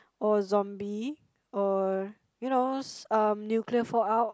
or zombie or you know um nuclear fallout